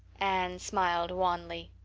anne smiled wanly.